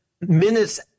Minutes